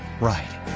right